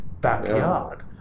backyard